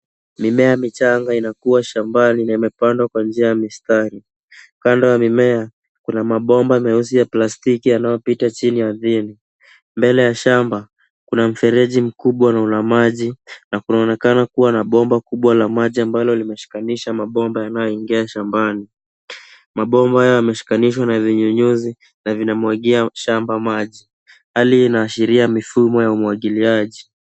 Mimea michanga inakua shambani na imepandwa kwa njia ya mistari. Kando ya mimea kuna mabomba meusi ya plastiki yanaopita chini ya vini. Mbele ya shamba, kuna mfereji mkubwa na una maji na kunaonekana kuwa na bomba kubwa la maji ambalo limeshikanisha mabomba yanayoingia shambani. Mabomba yameshikanishwa na vinyunyuzi na vinamwagia shamba maji. Hali hii inaashiria mifumo ya umwagiliaji.